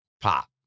Pop